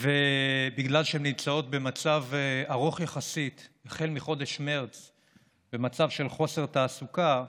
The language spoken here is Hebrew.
ובגלל שהן נמצאות במצב ארוך יחסית של חוסר תעסוקה,